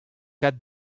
kaout